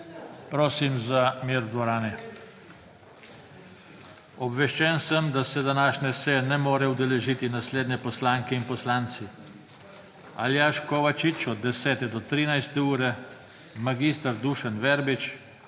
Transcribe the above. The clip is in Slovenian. Prosim, da mir v dvorani! Obveščen sem, da se današnje seje ne morejo udeležiti naslednje poslanke in poslanci: Aljaž Kovačič od 10. do 13. ure, mag. Dušan Verbič,